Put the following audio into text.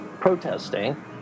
protesting